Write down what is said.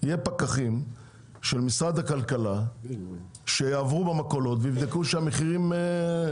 פקחים של משרד הכלכלה שיעברו במכולות ויבדקו שהמחירים בסדר.